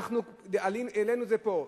אנחנו העלינו את זה פה.